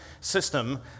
system